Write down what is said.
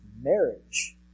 marriage